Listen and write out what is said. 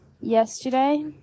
Yesterday